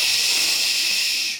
ששש.